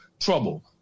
trouble